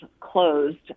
closed